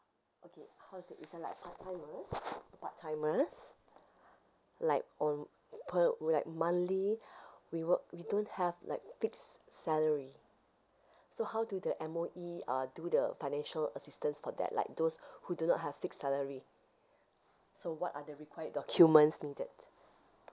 okay how to say if we are like part timers part timers like on uh per we're like monthly we work we don't have like fixed salary so how do the M_O_E uh do the financial assistance for that like those who do not have fixed salary so what are the required documents needed